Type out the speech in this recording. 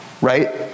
right